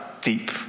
deep